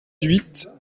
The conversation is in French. huit